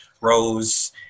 rose